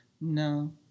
No